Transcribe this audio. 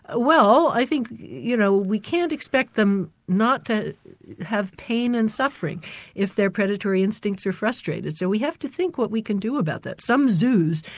ah well, i think you know we can't expect them not to have pain and suffering if their predatory instincts are frustrated. so we have to think what we can do about that. some zoos,